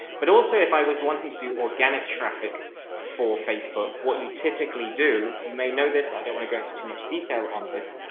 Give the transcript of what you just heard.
but also if i was wanting to do organic traffic for facebook, what you typically do, you may know this, i don't want to go into too much detail on this,